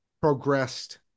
progressed